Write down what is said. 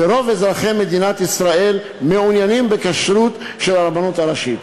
ורוב אזרחי מדינת ישראל מעוניינים בכשרות של הרבנות הראשית.